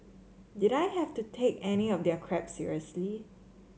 did I have to take any of their crap seriously